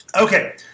Okay